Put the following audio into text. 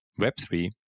Web3